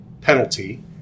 penalty